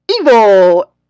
evil